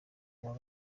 kuwa